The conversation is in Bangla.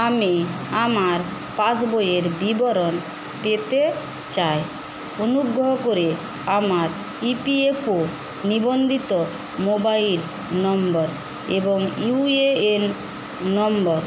আমি আমার পাসবইয়ের বিবরণ পেতে চাই অনুগ্রহ করে আমার ইপিএফও নিবন্ধিত মোবাইল নম্বর এবং ইউএএন নম্বর